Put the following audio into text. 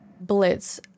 Blitz